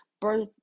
birth